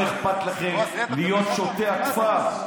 לא אכפת לכם להיות שוטי הכפר,